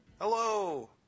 Hello